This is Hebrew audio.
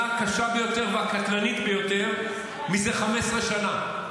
הקשה ביותר והקטלנית ביותר זה 15 שנה,